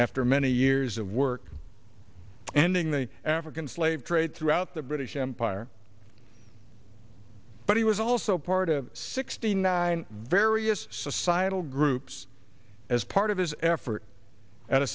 after many years of work ending the african slave trade throughout the british empire but he was also part of sixty nine various societal groups as part of his effort at a